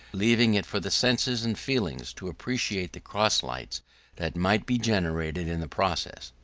leaving it for the senses and feelings to appreciate the cross-lights that might be generated in the process.